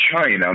China